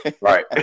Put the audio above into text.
Right